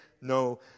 no